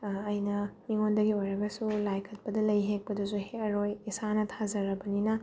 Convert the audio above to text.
ꯑꯩꯅ ꯃꯤꯉꯣꯟꯗꯒꯤ ꯑꯣꯏꯔꯒꯁꯨ ꯂꯥꯏꯀꯠꯄꯗ ꯂꯩ ꯍꯦꯛꯄꯗꯨꯁꯨ ꯍꯦꯛꯑꯔꯣꯏ ꯏꯁꯥꯅ ꯊꯥꯖꯔꯕꯅꯤꯅ